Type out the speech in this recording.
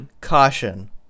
Caution